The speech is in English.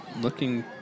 looking